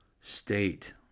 state